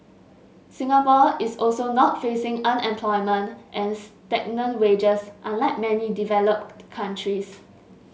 Singapore is also not facing unemployment and stagnant wages unlike many developed countries